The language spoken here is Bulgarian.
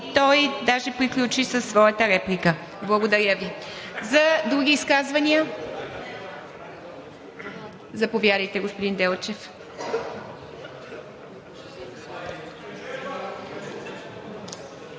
той даже приключи със своята реплика. Благодаря Ви. Други изказвания? Заповядайте, господин Делчев.